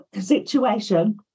situation